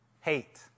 Hate